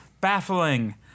baffling